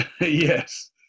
Yes